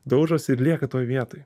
daužosi ir lieka toj vietoj